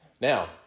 Now